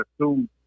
assume